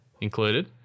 included